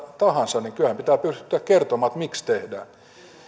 tahansa niin kyllähän pitää pystyä kertomaan miksi tehdään